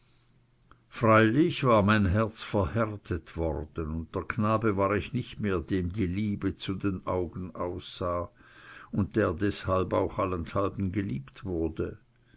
freilich war mein herz verhärtet worden und der knabe war ich nicht mehr dem die liebe zu den augen aus sah und der deshalb auch allenthalben geliebt wurde